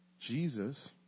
Jesus